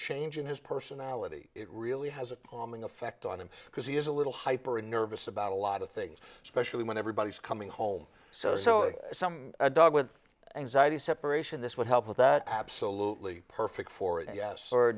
change in his personality it really has a calming effect on him because he is a little hyper and nervous about a lot of things especially when everybody's coming home so so some dog with anxiety separation this would help with that absolutely perfect for